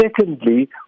Secondly